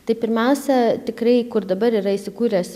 tai pirmiausia tikrai kur dabar yra įsikūręs